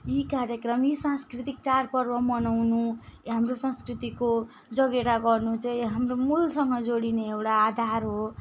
यी कार्यक्रम यी सांस्कृतिक चाडपर्व मनाउनु हाम्रो संस्कृतिको जगेरा गर्नु चाहिँ हाम्रो मूलसँग जोडिने एउटा आधार हो